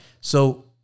So-